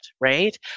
right